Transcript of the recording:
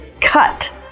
cut